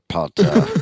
Potter